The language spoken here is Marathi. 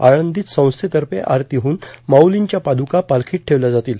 आळंदीत संस्थातर्फे आरती होऊन माउलींच्या पादुका पालखीत ठेवल्या जातील